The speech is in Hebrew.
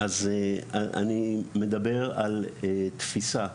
אז אני מדבר על תפיסה.